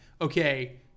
okay